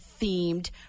themed